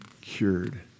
cured